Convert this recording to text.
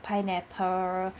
pineapple